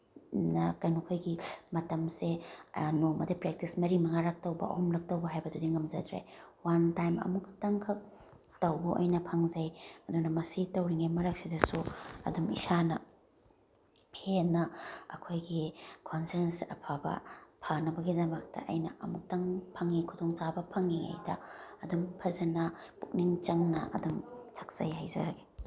ꯅ ꯀꯩꯅꯣ ꯑꯩꯈꯣꯏꯒꯤ ꯃꯇꯝꯁꯦ ꯅꯣꯡꯃꯗ ꯄ꯭ꯔꯦꯛꯇꯤꯁ ꯃꯔꯤ ꯃꯉꯥꯔꯛ ꯇꯧꯕ ꯑꯍꯨꯝꯂꯛ ꯇꯧꯕ ꯍꯥꯏꯕꯗꯨꯗꯤ ꯉꯝꯖꯗ꯭ꯔꯦ ꯋꯥꯟ ꯇꯥꯏꯝ ꯑꯃꯨꯛꯈꯛꯇꯪꯈꯛ ꯇꯧꯕ ꯑꯣꯏꯅ ꯐꯪꯖꯩ ꯑꯗꯨꯅ ꯃꯁꯤ ꯇꯧꯔꯤꯉꯩ ꯃꯔꯛꯁꯤꯗꯁꯨ ꯑꯗꯨꯝ ꯏꯁꯥꯅ ꯍꯦꯟꯅ ꯑꯩꯈꯣꯏꯒꯤ ꯈꯣꯟꯖꯦꯜꯁꯦ ꯑꯐꯕ ꯐꯅꯕꯒꯤꯗꯃꯛꯇ ꯑꯩꯅ ꯑꯃꯨꯛꯇꯪ ꯐꯪꯏ ꯈꯨꯗꯣꯡꯆꯥꯕ ꯐꯪꯏꯉꯩꯗ ꯑꯗꯨꯝ ꯐꯖꯅ ꯄꯨꯛꯅꯤꯡ ꯆꯪꯅ ꯑꯗꯨꯝ ꯁꯛꯆꯩ ꯍꯥꯏꯖꯔꯒꯦ